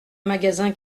magasin